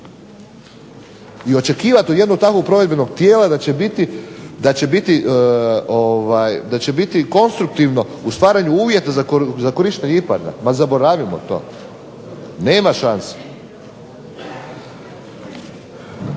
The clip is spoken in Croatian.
I očekivati od takvog jednog provedbenog tijela da će biti konstruktivno u stvaranju uvjeta za korištenje IPARD-A ma zaboravimo to. Nema šanse.